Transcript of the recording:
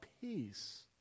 peace